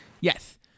Yes